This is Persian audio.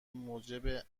موجب